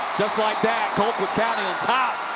just like that, colquitt county on top,